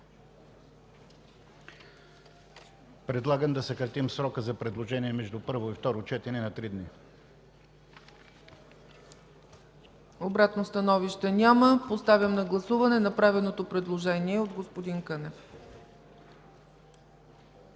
Предлагам да съкратим срока за предложения между първо и второ четене на три дни. ПРЕДСЕДАТЕЛ ЦЕЦКА ЦАЧЕВА: Обратно становище? Няма. Поставям на гласуване направеното предложение от господин Кънев.